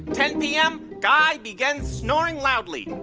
ten p m. guy begins snoring loudly.